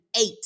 eight